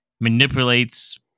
manipulates